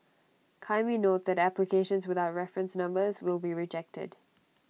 kindly note that applications without reference numbers will be rejected